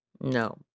no